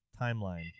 timeline